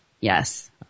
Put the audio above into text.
Yes